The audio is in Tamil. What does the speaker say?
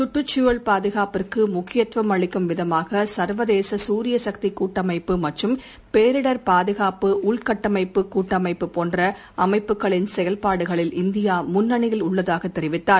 கற்றுச் சூழல் பாதுகாப்புக்கு முக்கியத்துவம் அளிக்கும் விதமாக சர்வதேச சூரிய சக்தி கூட்டமைப்பு மற்றும் பேரிடர் பாதுகாப்பு உள்கட்டமைப்பு கூட்டமைப்பு போன்ற அமைப்புகளின் செயல்பாடுகளில் இந்தியா முண்ணணியில் உள்ளதாக தெரிவித்தார்